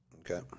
Okay